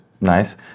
Nice